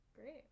Great